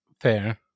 Fair